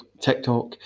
TikTok